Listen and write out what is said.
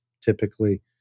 typically